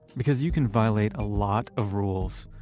because you can violate a lot of rules.